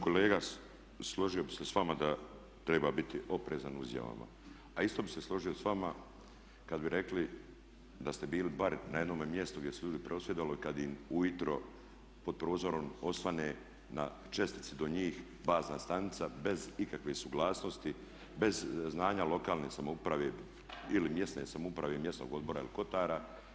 Kolega složio bih se s vama da treba biti oprezan u izjavama, a isto bih se složio s vama kad bi rekli da ste bili bar na jednome mjestu gdje su ljudi prosvjedovali kad im ujutro pod prozorom osvane na čestici do njih bazna stanica bez ikakve suglasnosti, bez znanja lokalne samouprave ili mjesne samouprave i mjesnog odbora ili kotara.